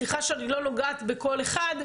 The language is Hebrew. סליחה שאני לא נוגעת בכל אחד,